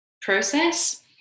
process